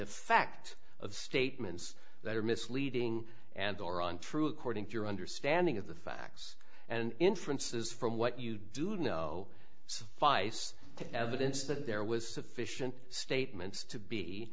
effect of statements that are misleading and or on true according to your understanding of the facts and inferences from what you do know suffice to evidence that there was sufficient statements to be